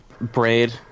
Braid